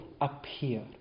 appear